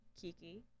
Kiki